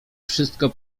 wszystko